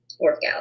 workout